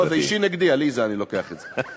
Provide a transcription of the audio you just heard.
לא, זה אישי נגדי, עליזה, אני לוקח את זה.